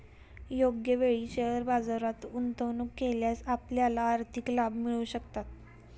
योग्य वेळी शेअर बाजारात गुंतवणूक केल्यास आपल्याला आर्थिक लाभ मिळू शकतात